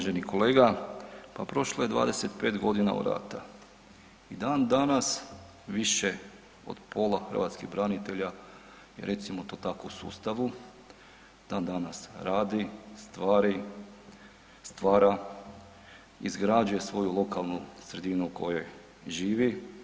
Uvaženi kolega, pa prošlo je 25 godina od rata i dan danas više od pola hrvatskih branitelja recimo to tako u sustavu dan danas radi stvari, stvara, izrađuje svoju lokalnu sredinu u kojoj živi.